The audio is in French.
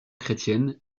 chrétienne